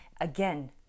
again